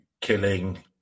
killing